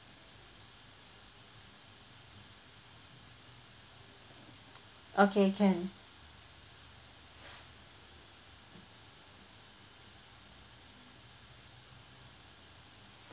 okay can